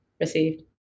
received